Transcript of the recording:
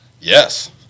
Yes